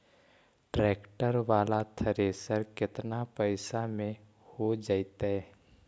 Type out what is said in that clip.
Tractor बाला thresher केतना पैसा में हो जैतै?